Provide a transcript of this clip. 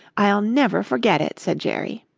i'll never forget it, said jerry.